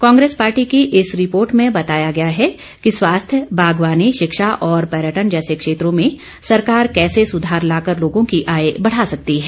Congress party की इस report में बताया गया है कि स्वास्थ्य बागवानी शिक्षा और पर्यटन जैसे क्षेत्रों में सरकार कैसे सुधार लाकर लोगों की आय बढ़ा सकती है